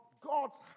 God's